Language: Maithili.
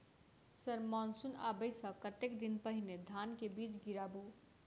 सर मानसून आबै सऽ कतेक दिन पहिने धान केँ बीज गिराबू?